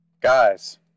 Guys